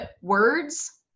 words